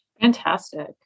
Fantastic